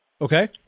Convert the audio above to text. Okay